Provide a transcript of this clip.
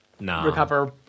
recover